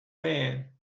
man